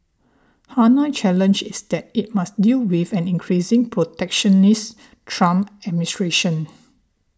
Hanoi's challenge is that it must deal with an increasing protectionist Trump administration